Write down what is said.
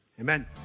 Amen